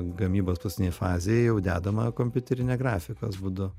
gamybos paskutinėj fazėj jau dedama kompiuterinės grafikos būdu